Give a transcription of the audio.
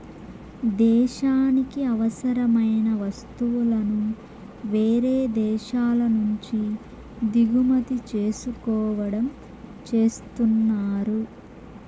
దేశానికి అవసరమైన వస్తువులను వేరే దేశాల నుంచి దిగుమతి చేసుకోవడం చేస్తున్నారు